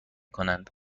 کنند